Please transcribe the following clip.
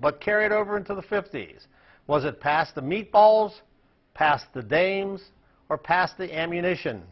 but carried over into the fifties was it past the meatballs past the dames or past the ammunition